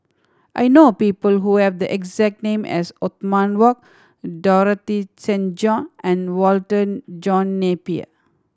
I know people who have the exact name as Othman Wok Dorothy Tessensohn and Walter John Napier